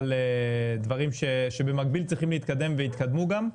דברים שבמקביל צריכים להתקדם ויתקדמו גם.